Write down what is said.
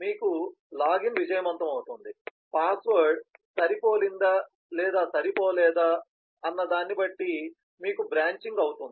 మీకు లాగిన్ విజయవంతమవుతుంది పాస్వర్డ్ సరిపోలింది లేదా సరిపోలలేదు కాబట్టి మీకు బ్రాంచిoగ్ ఉంది